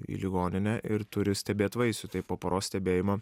į ligoninę ir turi stebėt vaisių tai po paros stebėjimo